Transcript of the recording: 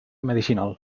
medicinal